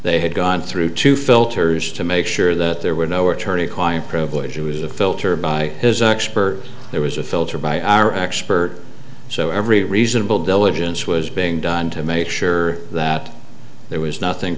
they had gone through two filters to make sure that there were no attorney client privilege was a filter by his expert there was a filter by our expert so every reasonable diligence was being done to make sure that there was nothing